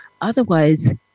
otherwise